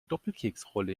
doppelkeksrolle